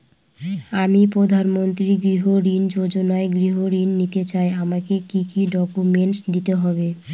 আমি প্রধানমন্ত্রী গৃহ ঋণ যোজনায় গৃহ ঋণ নিতে চাই আমাকে কি কি ডকুমেন্টস দিতে হবে?